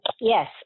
Yes